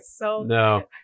No